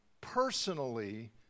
personally